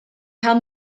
cael